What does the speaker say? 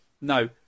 No